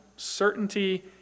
Certainty